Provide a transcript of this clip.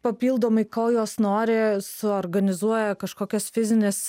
papildomai ko jos nori suorganizuoja kažkokias fizines